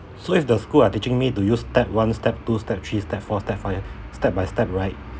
so if the school are teaching me to use step one step two step three step four step five step by step right